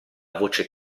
voce